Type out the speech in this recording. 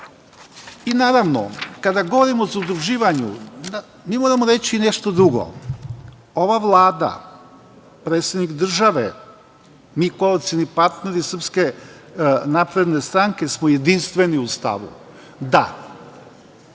efekte. Naravno, kada govorimo o zaduživanju, mi moramo reći nešto drugo. Ova Vlada, predsednik države, mi koalicioni partneri Srpske napredne stranke smo jedinstveni u stavu da